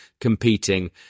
competing